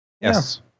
Yes